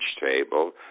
table